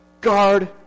Guard